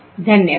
धन्यवाद